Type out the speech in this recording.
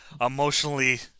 emotionally